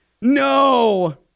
No